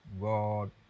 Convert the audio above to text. God